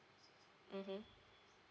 mmhmm